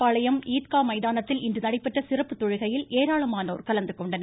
பாளையம் ஈத்கா மைதானத்தில் இன்று நடைபெற்ற சிறப்பு தொழுகையில் ஏராளமானோர் கலந்துகொண்டனர்